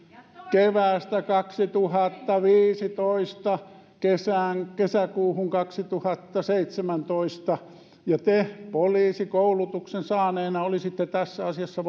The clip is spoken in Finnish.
keväästä kaksituhattaviisitoista kesäkuuhun kesäkuuhun kaksituhattaseitsemäntoista ja te poliisikoulutuksen saaneena olisitte tässä asiassa